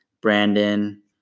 Brandon